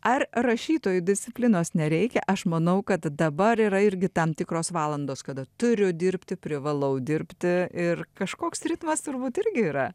ar rašytojui disciplinos nereikia aš manau kad dabar yra irgi tam tikros valandos kada turiu dirbti privalau dirbti ir kažkoks ritmas turbūt irgi yra